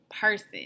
Person